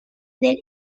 del